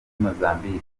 mozambique